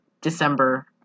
December